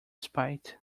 spite